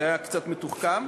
זה היה קצת מתוחכם,